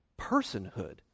Personhood